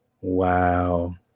wow